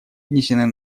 внесены